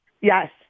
Yes